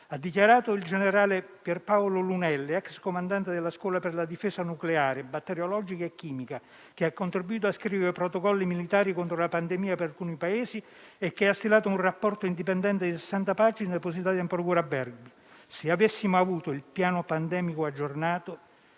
Presidente, il generale Pierpaolo Lunelli, ex comandante della scuola per la difesa nucleare, batteriologica e chimica, che ha contribuito a scrivere i protocolli militari contro la pandemia per alcuni Paesi e che ha stilato un rapporto indipendente di 60 pagine depositato in procura a Bergamo, ha dichiarato che se avessimo avuto il piano pandemico aggiornato,